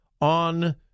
on